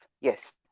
yes